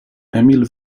emil